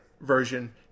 version